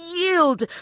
yield